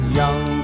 young